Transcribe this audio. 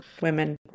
women